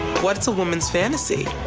what's a woman's fantasy?